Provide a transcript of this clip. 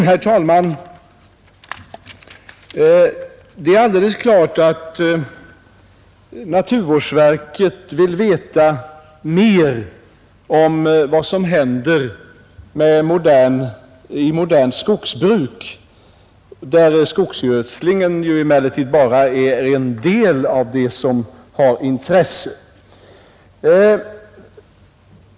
Herr talman! Det är alldeles klart att naturvårdsverket vill veta mer om vad som händer i modernt skogsbruk, där skogsgödslingen ju emellertid bara är en del av det som har intresse.